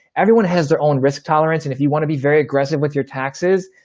everyone has their own risk tolerance. and if you want to be very aggressive with your taxes,